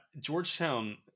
Georgetown